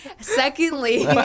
Secondly